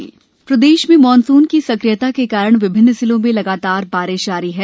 मौसम प्रदेश में मानसून की सक्रियता के कारण विभिन्न जिलों में लगातार बारिश जारी है